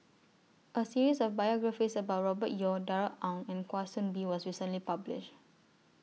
A series of biographies about Robert Yeo Darrell Ang and Kwa Soon Bee was recently published